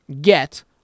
get